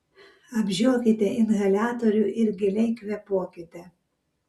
apžiokite inhaliatorių ir giliai kvėpuokite